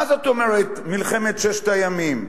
מה זאת אומרת מלחמת ששת הימים?